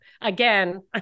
again